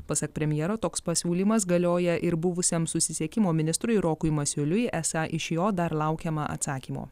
pasak premjero toks pasiūlymas galioja ir buvusiam susisiekimo ministrui rokui masiuliui esą iš jo dar laukiama atsakymo